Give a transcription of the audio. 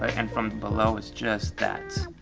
and from below is just that.